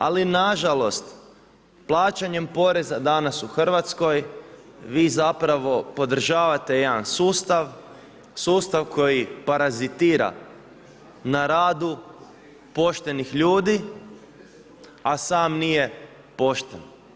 Ali nažalost, plaćanje poreza danas u Hrvatskoj, vi zapravo podržavate jedan sustav, sustav koji parazitira na radu poštenih ljudi a sam nije pošten.